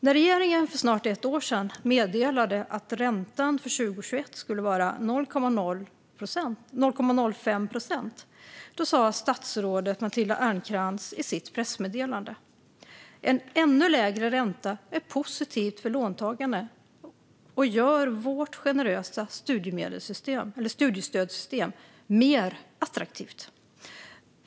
När regeringen för snart ett år sedan meddelade att räntan för 2021 skulle vara 0,05 procent sa statsrådet Matilda Ernkrans så här i sitt pressmeddelande: "En ännu lägre ränta är positivt för låntagarna och gör vårt generösa studiestödssystem mer attraktivt."